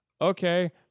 Okay